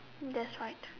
that's right